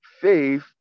faith